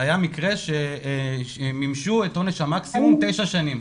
האם מימשו את עונש המקסימום של תשע שנים.